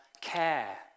care